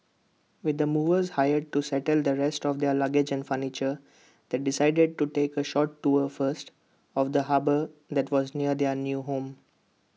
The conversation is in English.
with the movers hired to settle the rest of their luggage and furniture they decided to take A short tour first of the harbour that was near their new home